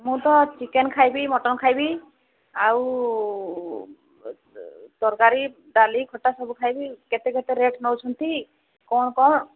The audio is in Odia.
ମୁଁ ତ ଚିକେନ୍ ଖାଇବି ମଟନ୍ ଖାଇବି ଆଉ ତରକାରୀ ଡାଲି ଖଟା ସବୁ ଖାଇବି କେତେ କେତେ ରେଟ୍ ନେଉଛନ୍ତି କ'ଣ କ'ଣ